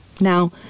Now